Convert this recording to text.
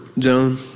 zone